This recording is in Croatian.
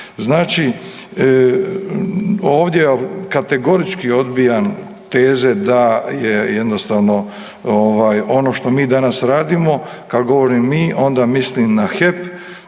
Znači ovdje kategorički odbijam teze da je jednostavno ovaj, ono što mi danas radimo, kad govorim mi, onda mislim na HEP